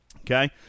Okay